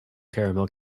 caramel